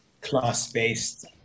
class-based